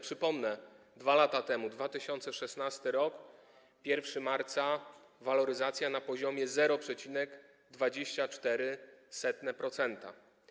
Przypomnę: 2 lata temu, 2016 r., 1 marca, waloryzacja na poziomie 0,24%.